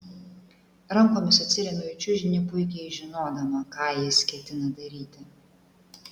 rankomis atsiremiu į čiužinį puikiai žinodama ką jis ketina daryti